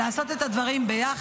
אלא לעשות את הדברים ביחד,